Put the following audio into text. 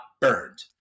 burned